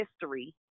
history